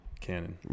canon